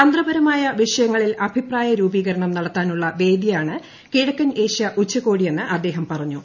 തന്ത്രപരമായ ദൃപ്പിഷ്യങ്ങളിൽ അഭിപ്രായ രൂപീകരണം നടത്താനുള്ള വേദിയാണ്ട് കിഴക്കൻ ഏഷ്യ ഉച്ചകോടിയെന്ന് അദ്ദേഹം പറഞ്ഞു